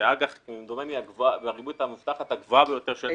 שזאת כמדומני הריבית המובטחת הגבוהה ביותר שיש בישראל.